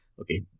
okay